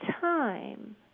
time